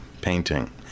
painting